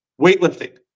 weightlifting